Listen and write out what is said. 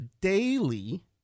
daily